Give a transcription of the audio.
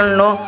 no